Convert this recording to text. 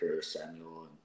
Samuel